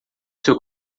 seu